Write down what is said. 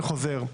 אני חוזר,